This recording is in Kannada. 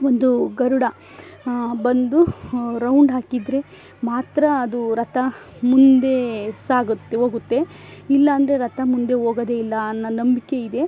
ಒಂದು ಗರುಡ ಬಂದು ರೌಂಡ್ ಹಾಕಿದರೆ ಮಾತ್ರ ಅದು ರಥ ಮುಂದೆ ಸಾಗುತ್ತೆ ಹೋಗುತ್ತೆ ಇಲ್ಲಾಂದ್ರೆ ರಥ ಮುಂದೆ ಹೋಗೋದೇಯಿಲ್ಲ ಅನ್ನೋ ನಂಬಿಕೆ ಇದೆ